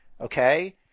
Okay